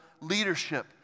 leadership